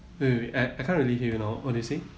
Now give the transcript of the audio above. wait wait I I can't really hear you now what do you say